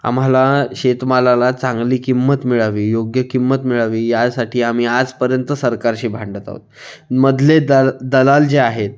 आम्हाला शेतमालाला चांगली किंमत मिळावी योग्य किंमत मिळावी यासाठी आम्ही आजपर्यंत सरकारशी भांडत आहोत मधले दाल दलाल जे आहेत